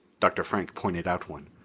dr. frank pointed out one.